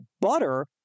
butter